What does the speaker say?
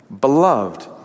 beloved